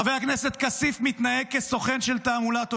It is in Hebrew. חבר הכנסת כסיף מתנהג כסוכן של תעמולת אויב.